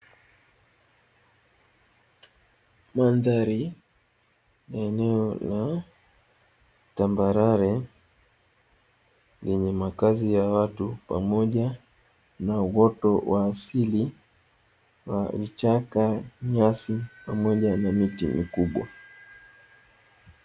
Mandhari ya eneo la tambarare lenye makazi ya watu pamoja na uoto wa asili, vichaka ,nyasi pamoja na miti mikubwa.